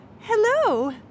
Hello